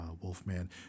Wolfman